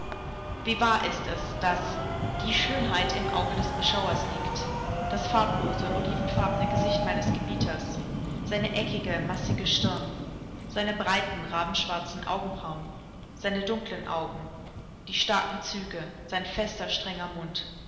wie wahr ist es daß die schönheit im auge des beschauers liegt das farblose olivenfarbene gesicht meines gebieters seine eckige massive stirn seine breiten rabenschwarzen augenbrauen seine dunklen augen die starken züge sein fester strenger mund